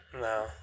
No